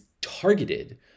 targeted